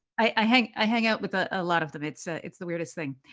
i hang i hang out with a ah lot of them. it's ah it's the weirdest thing.